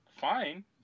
fine